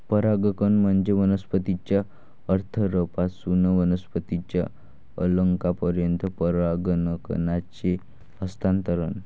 परागकण म्हणजे वनस्पतीच्या अँथरपासून वनस्पतीच्या कलंकापर्यंत परागकणांचे हस्तांतरण